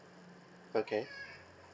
okay